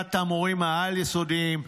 שביתת המורים העל-יסודיים.